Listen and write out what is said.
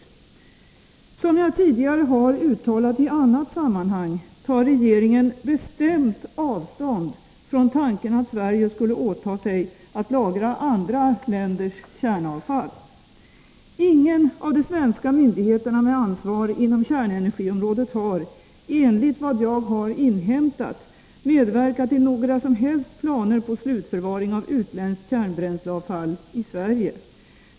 Som jag tidigare i annat sammanhang uttalat tar regeringen bestämt avstånd från tanken att Sverige skulle åta sig att lagra andra länders kärnavfall. Ingen av de svenska myndigheterna med ansvar inom kärnenergiområdet har, enligt vad jag har inhämtat, medverkat i några som helst planer på slutförvaring av utländskt kärnbränsleavfall i Sverige.